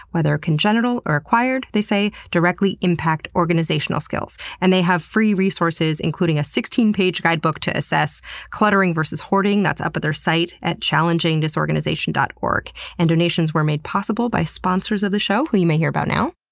whether congenital or acquired, they say, directly impact organizational skills. and they have free resources, including a sixteen page guidebook to assess cluttering versus hoarding that's up on their site at challengingdisorganization dot org. and donations were made possible by sponsors of the show who you may hear about now.